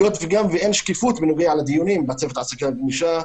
היות ואין גם שקיפות בנוגע לדיונים בצוות העסקה גמישה,